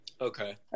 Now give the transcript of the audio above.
Okay